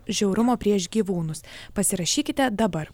žiaurumo prieš gyvūnus pasirašykite dabar